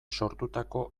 sortutako